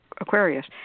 Aquarius